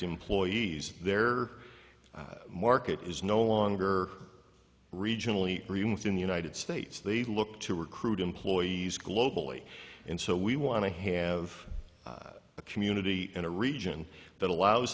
employees there market is no longer regionally or even within the united states they look to recruit employees globally and so we want to have a community in a region that allows